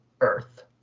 Earth